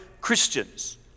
Christians